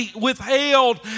withheld